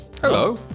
Hello